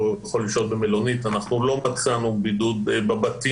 אנחנו מעריכים שבימים הקרובים,